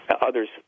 Others